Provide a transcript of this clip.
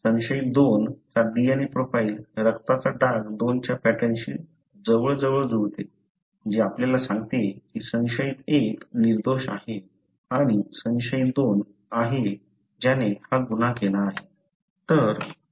संशयित 2 चा DNA profile रक्ताचा डाग 2 च्या पॅटर्नशी जवळजवळ जुळते जे आपल्याला सांगते की संशयित 1 निर्दोष आहे आणि संशयित 2 आहे ज्याने हा गुन्हा केला आहे